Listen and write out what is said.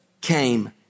came